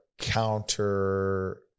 counter